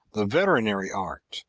the veterinary art,